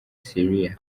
siriya